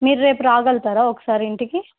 మీరు రేపు రాగలుతారా ఒకసారి ఇంటికి